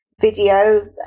video